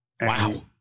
Wow